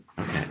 Okay